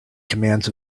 commands